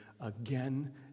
again